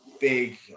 big